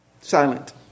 silent